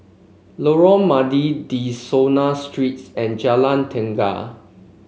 Lorong Mydin De Souza Streets and Jalan Tenaga